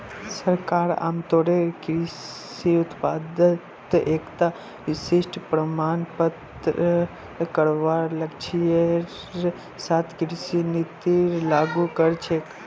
सरकार आमतौरेर कृषि उत्पादत एकता विशिष्ट परिणाम प्राप्त करवार लक्ष्येर साथ कृषि नीतिर लागू कर छेक